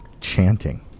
chanting